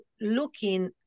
looking